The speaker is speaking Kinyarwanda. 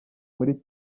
muri